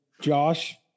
Josh